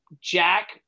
Jack